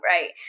right